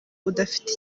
udafite